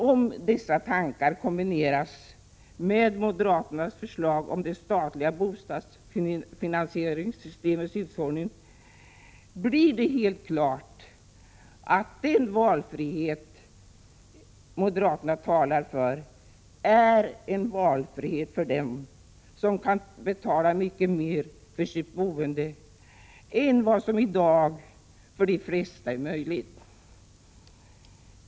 När dessa tankar kombineras med moderaternas förslag om det statliga bostadsfinansieringssystemets utformning, är det helt klart att den valfrihet moderaterna talar för är en valfrihet för dem som kan betala mycket mer för sitt boende än vad som i dag är möjligt för de flesta.